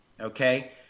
Okay